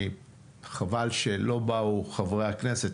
חבל שלא באו חברי הכנסת.